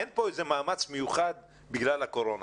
אין כאן איזה מאמץ מיוחד בגלל הקורונה,